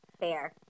Fair